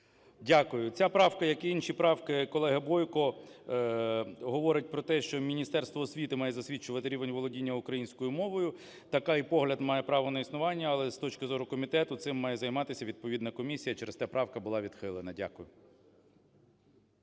Дякую. Ця правка, як і інші правки колеги Бойко, говорить про те, що Міністерство освіти має засвідчувати рівень володіння українською мовою. Такий погляд має право на існування. Але, з точки зору комітету, цим має займатися відповідна комісія. Через те правка була відхилена. Дякую.